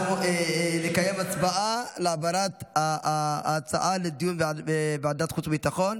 אנחנו נקיים הצבעה על העברת ההצעה לדיון בוועדת חוץ וביטחון.